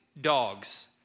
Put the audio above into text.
dogs